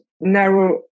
narrow